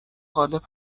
غالب